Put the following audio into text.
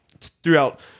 throughout